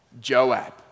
Joab